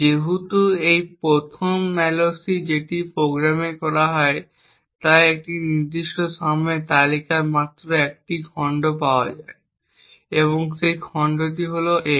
যেহেতু এই প্রথম malloc যেটি প্রোগ্রামে করা হয় তাই এই নির্দিষ্ট সময়ে তালিকায় মাত্র একটি খণ্ড পাওয়া যায় এবং সেই খণ্ডটি হল x